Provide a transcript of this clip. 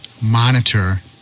monitor